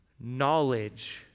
Knowledge